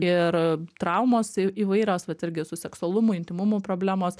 ir traumos įvairios vat irgi su seksualumu intymumu problemos